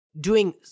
doing-